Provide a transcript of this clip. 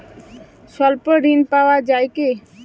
স্বল্প ঋণ পাওয়া য়ায় কি?